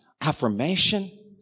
affirmation